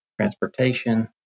transportation